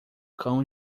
cão